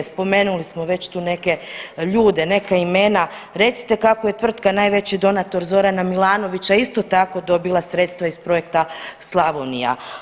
Spomenuli smo već tu neke ljude, neka imena, recite kako je tvrtka najveći donator Zorana Milanovića isto tako dobila sredstva iz Projekta Slavonija.